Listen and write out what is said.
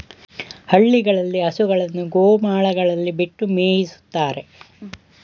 ಹಳ್ಳಿಗಳಲ್ಲಿ ಹಸುಗಳನ್ನು ಗೋಮಾಳಗಳಲ್ಲಿ ಬಿಟ್ಟು ಮೇಯಿಸುತ್ತಾರೆ